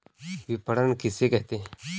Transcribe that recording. विपणन किसे कहते हैं?